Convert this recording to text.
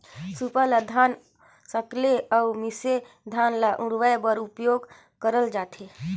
सूपा ल धान सकेले अउ मिसे धान ल उड़वाए बर उपियोग करल जाथे